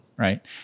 Right